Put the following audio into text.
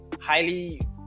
highly